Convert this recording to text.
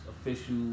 official